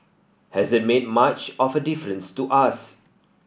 hasn't made much of a difference to us